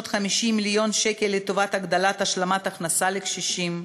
550 מיליון שקל לטובת הגדלת השלמת הכנסה לקשישים,